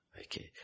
Okay